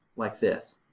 like this.